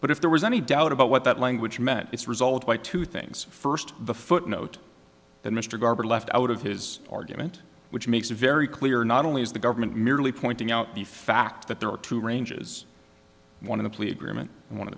but if there was any doubt about what that language meant it's result by two things first the footnote that mr garber left out of his argument which makes very clear not only is the government merely pointing out the fact that there are two ranges one of the plea agreement one of